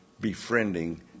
befriending